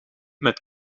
met